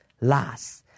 last